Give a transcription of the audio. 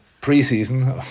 pre-season